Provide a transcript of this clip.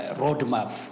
roadmap